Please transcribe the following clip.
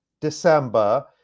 December